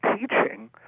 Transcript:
teaching